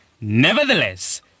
nevertheless